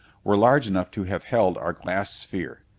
were large enough to have held our glass sphere.